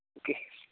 okay